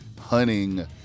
hunting